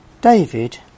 David